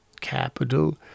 Capital